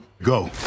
Go